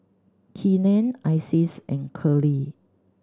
Keenen Isis and Curley